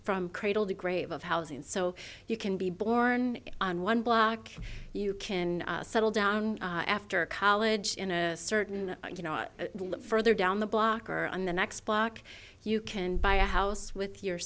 from cradle to grave of housing so you can be born on one block you can settle down after college in a certain you know further down the block or on the next block you can buy a house with your